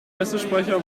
pressesprecher